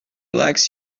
likes